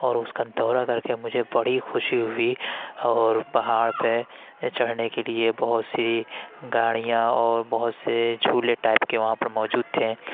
اور اس کا دورہ کر کے مجھے بڑی خوشی ہوئی اور پہاڑ پہ چڑھنے کے لیے بہت سی گاڑیاں اور بہت سے جھولے ٹائپ کے وہاں پہ موجود تھے